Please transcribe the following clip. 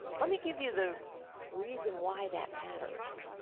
let me give you the reason why that matters.